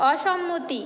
অসম্মতি